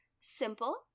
simple